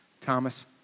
Thomas